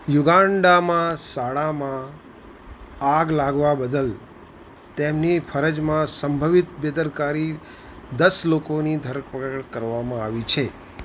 યુગાન્ડામાં શાળામાં આગ લાગવા બદલ તેમની ફરજમાં સંભવિત બેદરકારી દસ લોકોની ધરપકડ કરવામાં આવી છે